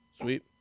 Sweet